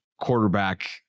quarterback